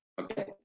Okay